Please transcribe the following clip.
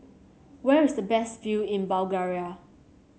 where is the best view in Bulgaria